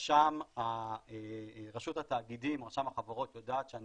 רשות התאגידים או רשם החברות יודעים שאני